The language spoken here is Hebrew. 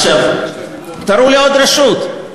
תראו לי עוד רשות.